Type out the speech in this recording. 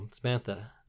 Samantha